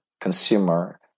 consumer